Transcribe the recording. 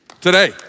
Today